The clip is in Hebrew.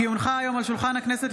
כי הונחה היום על שולחן הכנסת,